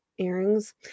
earrings